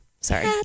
Sorry